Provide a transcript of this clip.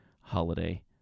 holiday